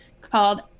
called